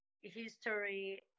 history